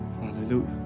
Hallelujah